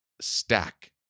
stack